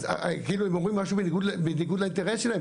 אז הם כאילו אומרים משהו בניגוד לאינטרס שלהם,